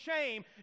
shame